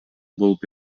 болуп